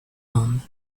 homme